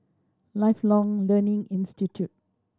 Lifelong Learning Institute